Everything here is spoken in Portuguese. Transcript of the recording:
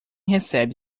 recebe